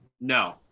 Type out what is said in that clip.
No